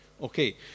Okay